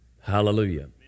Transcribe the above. Hallelujah